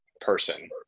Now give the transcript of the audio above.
person